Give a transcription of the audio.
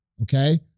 okay